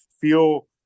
feel